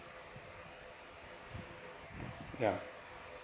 yeah